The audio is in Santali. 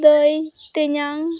ᱫᱟᱹᱭ ᱛᱮᱧᱟᱝ